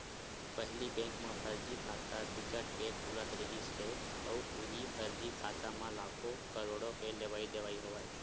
पहिली बेंक म फरजी खाता बिकट के खुलत रिहिस हे अउ उहीं फरजी खाता म लाखो, करोड़ो के लेवई देवई होवय